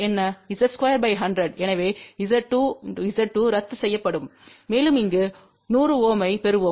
Z2100 எனவே Z2Z2ரத்துசெய்யப்படும் மேலும் இங்கு 100 Ω ஐ பெறுவோம்